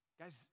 Guys